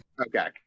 Okay